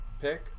pick